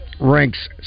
ranks